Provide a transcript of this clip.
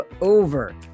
over